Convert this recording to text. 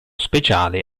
speciale